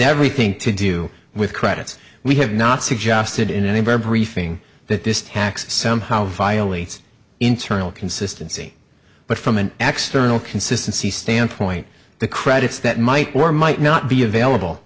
everything to do with credits we have not suggested in a number briefing that this tax somehow violates internal consistency but from an accidental consistency standpoint the credits that might or might not be available